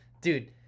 dude